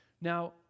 Now